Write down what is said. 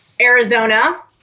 Arizona